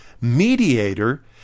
mediator